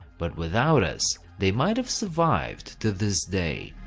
but without us, they might've survived to this day.